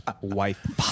wife